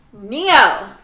Neo